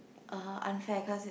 (uh huh) unfair cause it